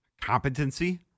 competency